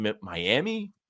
Miami